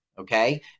okay